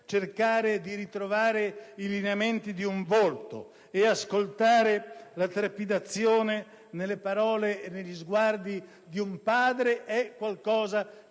cercare di ritrovare i lineamenti di un volto ed ascoltare la trepidazione nelle parole e negli sguardi di un padre è qualcosa